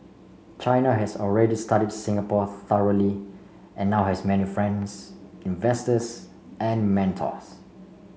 China has already studied Singapore thoroughly and now has many friends investors and mentors